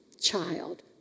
child